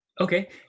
Okay